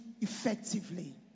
effectively